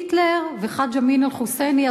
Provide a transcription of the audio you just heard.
היטלר וחאג' אמין אל-חוסייני,